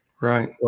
right